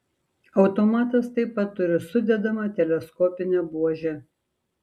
automatas taip pat turi sudedamą teleskopinę buožę